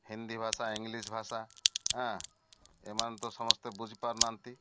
ହିନ୍ଦୀ ଭାଷା ଇଂଲିଶ୍ ଭାଷା ଏମାନେ ତ ସମସ୍ତେ ବୁଝି ପାରୁନାହାନ୍ତି